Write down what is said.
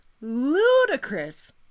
ludicrous